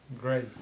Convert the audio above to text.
Great